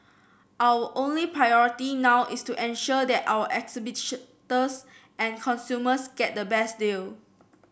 our only priority now is to ensure that our exhibitors and consumers get the best deal